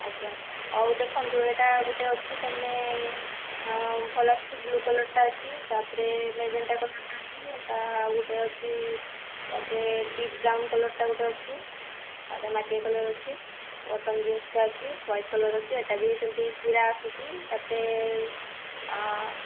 ଆଜ୍ଞା ହଉ ଦେଖନ୍ତୁ ଏଇଟା ଗୋଟେ ଅଛି ତା' ମାନେ ଭଲ ଆସୁଛି ବ୍ଲୁ କଲ୍ର୍ଟା ଅଛି ତା' ପରେ ମ୍ୟାଜେଣ୍ଟା କଲର୍ଟା ଅଛି ଏଇଟା ଆଉ ଗୋଟେ ଅଛି ତା' ପରେ ଡିପ୍ ବ୍ରାଉନ୍ କଲର୍ଟା ଗୋଟେ ଅଛି ଆଉ ଗୋଟେ ମାଟିଆ କଲର୍ ଅଛି କଟନ୍ ଜିନ୍ସଟା ଅଛି ହ୍ୱାଇଟ୍ କଲର୍ ଅଛି ଏଇଟା ବି ସେମିତି ଚିରା ଆସୁଛି ତା' ପରେ ଆ